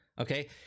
okay